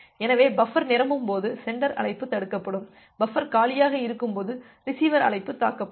எனவே பஃபர் நிரம்பும்போது சென்டர் அழைப்பு தடுக்கப்படும் பஃபர் காலியாக இருக்கும்போது ரிசீவர் அழைப்பு தடுக்கப்படும்